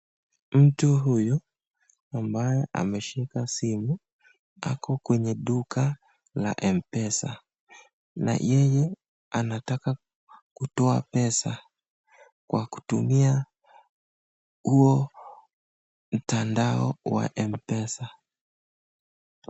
Mtu huyu ambaye ameshika simu ako kwenye duka la mpesa na yeye anataka kutoa pesa kwa kutumia huo mtandao wa mpesa.